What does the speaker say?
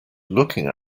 looking